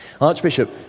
Archbishop